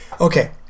Okay